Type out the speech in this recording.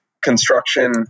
construction